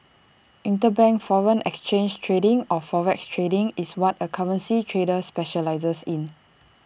interbank foreign exchange trading or forex trading is what A currency trader specialises in